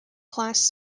class